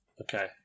okay